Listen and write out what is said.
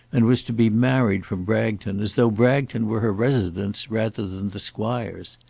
and was to be married from bragton as though bragton were her residence rather than the squire's.